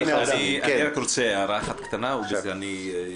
אני רוצה להגיד רק הערה אחת קטנה ובזה אסיים.